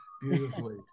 beautifully